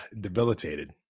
debilitated